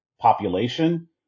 population